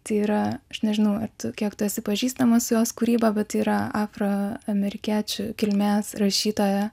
tai yra aš nežinau kiek tu esi pažįstama su jos kūryba bet yra afroamerikiečių kilmės rašytoja